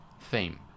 theme